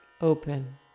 open